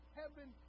heaven